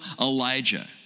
Elijah